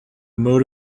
mode